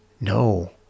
No